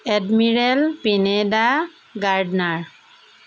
admiral Pineda Gardner